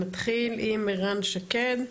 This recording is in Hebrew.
נתחיל עם ערן שקד.